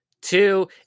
Two